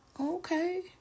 Okay